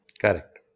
Correct